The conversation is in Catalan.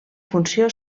funció